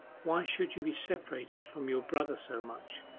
why should you be separated from your brother so much,